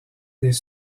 des